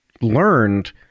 learned